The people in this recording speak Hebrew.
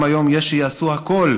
גם היום יש שיעשו הכול